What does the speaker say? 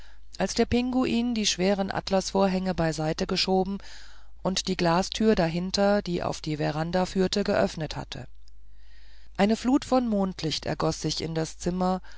als der pinguin die schweren atlasvorhänge beiseite geschoben und die glastür dahinter die auf die veranda führte geöffnet hatte eine flut von mondlicht ergoß sich in das zimmer